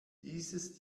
dieses